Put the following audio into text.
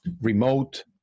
remote